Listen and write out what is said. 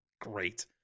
great